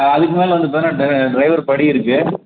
அதுக்கு மேலே வந்து பார்த்தீங்கனா டர ட்ரைவருக்கு படி இருக்குது